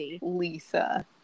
Lisa